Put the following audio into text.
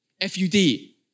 F-U-D